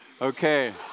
Okay